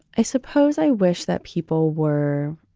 i suppose i wish that people were